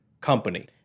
company